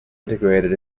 integrated